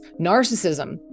narcissism